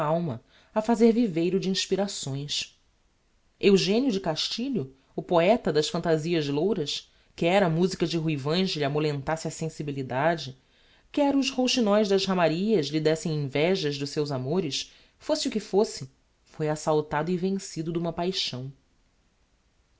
alma a fazer viveiro de inspirações eugenio de castilho o poeta das phantasias louras quer a musica de ruivães lhe amolentasse a sensibilidade quer os rouxinoes das ramarias lhe déssem invejas dos seus amores fosse o que fosse foi assaltado e vencido d'uma paixão